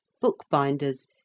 bookbinders